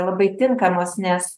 labai tinkamos nes